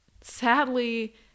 sadly